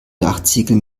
dachziegel